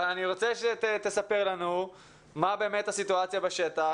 אבל אני רוצה שתספר לנו מה באמת הסיטואציה בשטח,